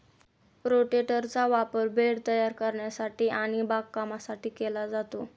रोटेटरचा वापर बेड तयार करण्यासाठी आणि बागकामासाठी केला जातो